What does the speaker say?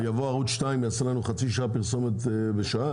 יבוא ערוץ 2 יעשה לנו פרסומות של חצי שעה בשעה?